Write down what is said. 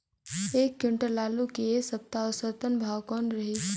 एक क्विंटल आलू के ऐ सप्ता औसतन भाव कौन रहिस?